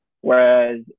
Whereas